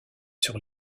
sur